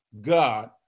God